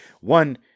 one